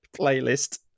playlist